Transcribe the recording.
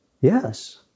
Yes